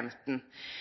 skal